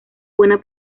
buena